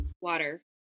water